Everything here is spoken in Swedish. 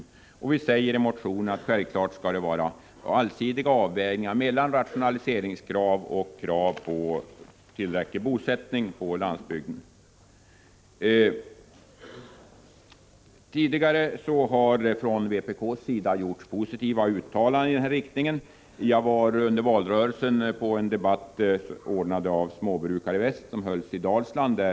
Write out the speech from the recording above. I motionen sägs vidare att det självfallet skall göras allsidiga avvägningar mellan rationaliseringskrav och krav på tillräcklig bosättning på landsbygden. Tidigare har det från vpk:s sida gjorts positiva uttalanden i denna riktning. Jag var under valrörelsen på en debatt som var anordnad av Småbrukare i väst och hölls i Dalsland.